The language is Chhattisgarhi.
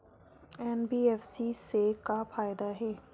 एन.बी.एफ.सी से का फ़ायदा हे?